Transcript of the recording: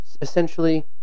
essentially